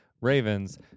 ravens